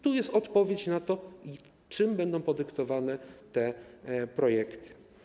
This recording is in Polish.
To jest odpowiedź na to, czym będą podyktowane te projekty.